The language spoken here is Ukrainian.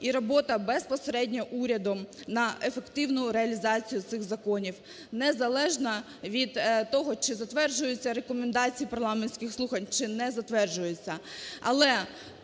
і робота безпосередньо урядом на ефективну реалізацію цих законів незалежно від того, чи затверджуються рекомендації парламентських слухань, чи не затверджуються.